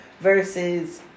versus